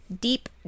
deep